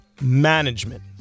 Management